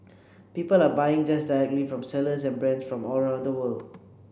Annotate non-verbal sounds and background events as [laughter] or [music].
people are buying just [unintelligible] from sellers and brands from all around the world